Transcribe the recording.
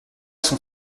son